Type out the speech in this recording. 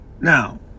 Now